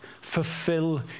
fulfill